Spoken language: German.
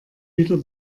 wieder